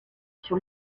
sur